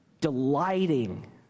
Delighting